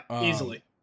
easily